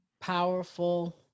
powerful